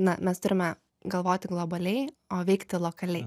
na mes turime galvoti globaliai o veikti lokaliai